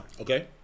Okay